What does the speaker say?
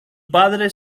padres